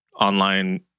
online